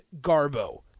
garbo